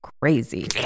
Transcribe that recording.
crazy